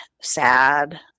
sad